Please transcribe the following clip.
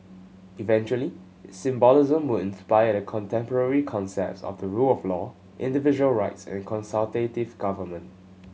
eventually its symbolism would inspire the contemporary concepts of the rule of law individual rights and consultative government